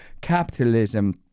capitalism